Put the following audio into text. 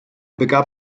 begab